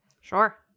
sure